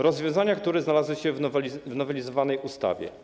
Rozwiązania, które znalazły się w nowelizowanej ustawie.